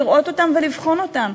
לראות אותם ולבחון אותם?